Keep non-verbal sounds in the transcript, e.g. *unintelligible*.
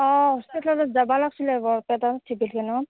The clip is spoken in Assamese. অঁ হস্পিটেলত যাবা লাগছিলে আকৌ বৰপেটা *unintelligible*